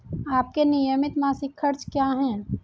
आपके नियमित मासिक खर्च क्या हैं?